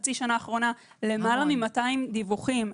בחצי השנה האחרונה למעלה מ-200 דיווחים.